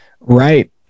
right